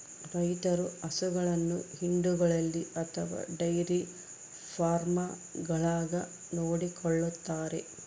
ರೈತರು ಹಸುಗಳನ್ನು ಹಿಂಡುಗಳಲ್ಲಿ ಅಥವಾ ಡೈರಿ ಫಾರ್ಮ್ಗಳಾಗ ನೋಡಿಕೊಳ್ಳುತ್ತಾರೆ